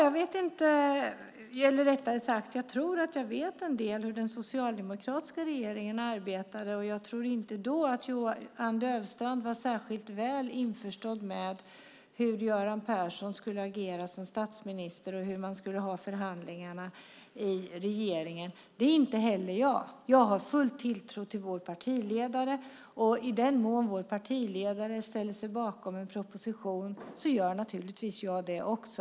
Fru talman! Jag tror att jag vet en del om hur den socialdemokratiska regeringen arbetade. Jag tror inte att Johan Löfstrand då var särskilt väl införstådd med hur Göran Persson skulle agera som statsminister och hur man skulle sköta förhandlingarna i regeringen. Det är inte heller jag. Jag har full tilltro till vår partiledare. I den mån han ställer sig bakom en proposition gör naturligtvis jag det också.